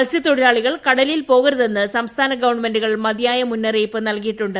മത്സ്യതൊഴിലാളികൾ കടല്ലിൽ പോകരുതെന്ന് സംസ്ഥാന ഗവൺമെന്റുകൾ മതിയായി മുന്നറിയിപ്പ് നൽകിയിട്ടുണ്ട്